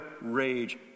rage